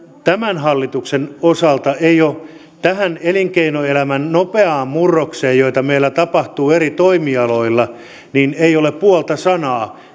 tämän hallituksen osalta ei ole tästä elinkeinoelämän nopeasta murroksesta jota meillä tapahtuu eri toimialoilla puolta sanaa